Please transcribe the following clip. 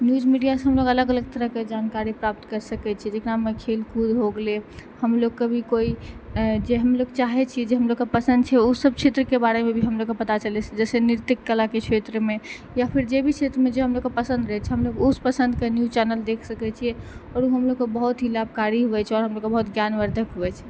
news media सँ हमलोग अलग अलग तरह के जानकारी प्राप्त करि सकै छियै जकरा मे खेल कूद हो गेलै हमलोग के भी कोइ जे हमलोग चाहै छियै जे हमलोग के पसन्द छै ओ सब क्षेत्र के बारे मे भी हमलोग के पता चलै छै जैसे नृत्य कला के क्षेत्र मे या फिर जे भी क्षेत्र मे जे हमलोग के पसन्द रहै छै हमलोग ओ पसन्द के न्यूज़ चैनल देख सकै छियै और ओ हमलोग के बहुत ही लाभकारी होइ छै और हमलोग के बोहोत ज्ञानवर्द्धक होइ छै